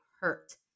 hurt